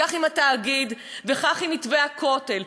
כך עם התאגיד וכך עם מתווה הכותל.